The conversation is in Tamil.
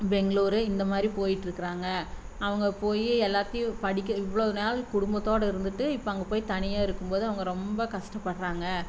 பெங்களூரு இந்தமாதிரி போய்ட்ருக்குறாங்க அவங்க போய் எல்லாத்தையும் படிக்க இவ்வளோ நாள் குடும்பத்தோடு இருந்துட்டு இப்போ அங்கே போய் தனியாக இருக்கும்போது அவங்க ரொம்ப கஷ்டப்பட்றாங்க